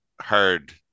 hard